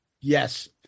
Yes